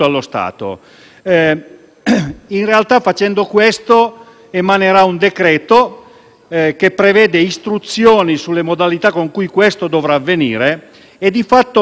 e, di fatto, si ottiene il risultato, creando la frammentazione di un decreto e procedure che verranno ricomunicate a coloro che ne saranno oggetto, di ricreare lo spazio